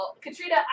katrina